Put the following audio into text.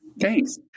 Thanks